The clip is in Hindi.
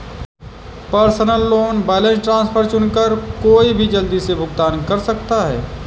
पर्सनल लोन बैलेंस ट्रांसफर चुनकर कोई भी जल्दी से भुगतान कर सकता है